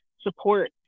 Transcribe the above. support